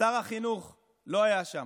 שר החינוך לא היה שם.